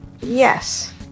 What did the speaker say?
Yes